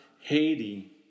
Haiti